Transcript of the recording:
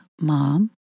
mom